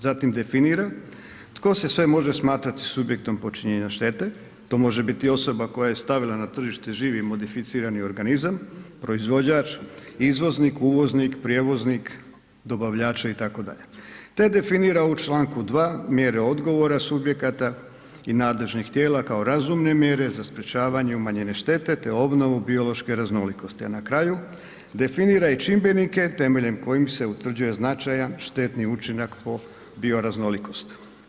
Zatim definira tko se sve može smatrati subjektom počinjenja štete, to može biti i osoba koja je stavila na tržište živi modificirani organizam, proizvođač, izvoznik, uvoznik, prijevoznik dobavljača itd., te definira u Članku 2. mjere odgovora subjekata i nadležnih tijela kao razumne mjere za sprječavanje umanjene štete te obnovu biološke raznolikosti, a na kraju definira i čimbenike temeljem kojih se utvrđuje značajan štetni učinak po bioraznolikost.